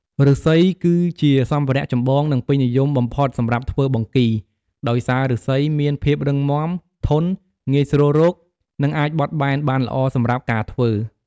ឫស្សី គឺជាសម្ភារៈចម្បង និងពេញនិយមបំផុតសម្រាប់ធ្វើបង្គី ដោយសារឫស្សីមានភាពរឹងមាំ ធន់ ងាយស្រួលរក និងអាចបត់បែនបានល្អសម្រាប់ការធ្វើ។